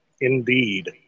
Indeed